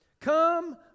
Come